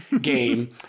game